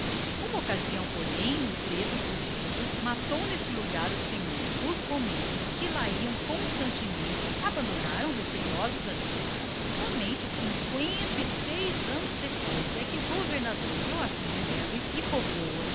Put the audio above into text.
uma ocasião porém um preto fugido matou nesse lugar o seu senhor e os romeiros que lá iam constantemente abandonaram receosos a devoção só depois de cinqüenta e seis anos é que o governador joaquim de melo e póvoas